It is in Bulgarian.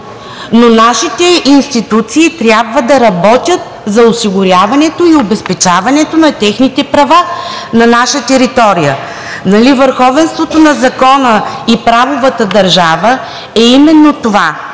но нашите институции трябва да работят за осигуряването и обезпечаването на техните права на наша територия. Нали върховенството на закона и правовата държава е именно това.